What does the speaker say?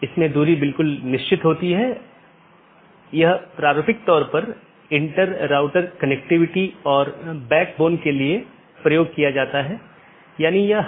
दूसरे अर्थ में यह कहने की कोशिश करता है कि अन्य EBGP राउटर को राउटिंग की जानकारी प्रदान करते समय यह क्या करता है